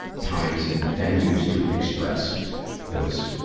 times and venues to express those,